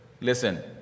listen